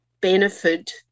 benefit